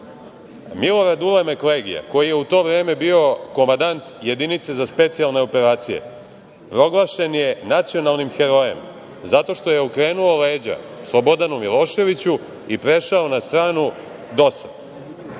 Milorad Ulemek Legija, koji je u to vreme bio komandant Jedinica za specijalne operacije, proglašen je nacionalnim herojem zato što je okrenuo leđa Slobodanu Miloševiću i prešao na stranu DOS-a. Sada